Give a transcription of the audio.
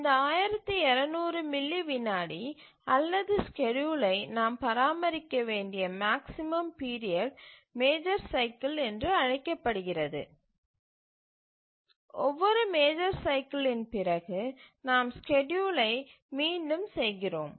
இந்த 1200 மில்லி வினாடி அல்லது ஸ்கேட்யூலை நாம் பராமரிக்க வேண்டிய மேக்ஸிமம் பீரியட் மேஜர் சைக்கில் என்று அழைக்கப்படுகிறது மற்றும் ஒவ்வொரு மேஜர் சைக்கிலின் பிறகு நாம் ஸ்கேட்யூலை மீண்டும் செய்கிறோம்